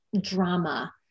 drama